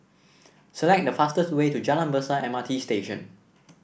select the fastest way to Jalan Besar M R T Station